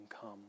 come